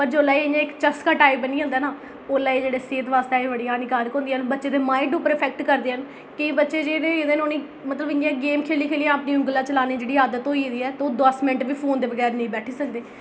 पर जिसलै एह् इक चसका टाइप बनी अंदा ना ओल्लै एह् सेहत आस्तै एह् बड़ी हानीकारक होंदियां न बच्चे दे माइंड पर इफैक्ट करदियां केईं बच्चे जेह्ड़े ई मतलब उ'नें ई गेम खेढी खेढी अपनी उंगलां चलाने दी जेह्ड़ी आदत होई ऐ दी ऐ ओह् दस मैंट बी फोन दे बगैर नेईं बैठी सकदे